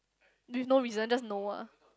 with no reason just no ah